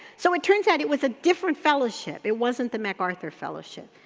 so, it turns out it was a different fellowship, it wasn't the macarthur fellowship.